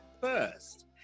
first